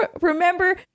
remember